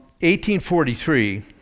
1843